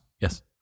Yes